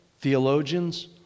theologians